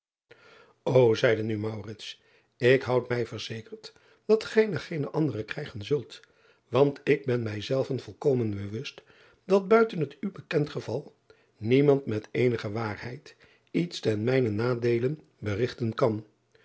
ô eide nu ik houd mij verzekerd dat gij er geene andere krijgen zult want ik ben mij zelven volkomen bewust dat buiten het u bekend geval niemand met eenige waarheid iets ten mijnen nadeele berigten kan